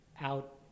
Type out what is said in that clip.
out